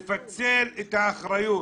את האחריות,